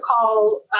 call